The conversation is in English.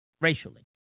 racially